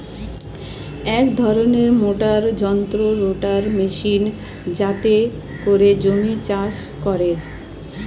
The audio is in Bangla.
এক রকমের মোটর যন্ত্র রোটার মেশিন যাতে করে জমি চাষ করে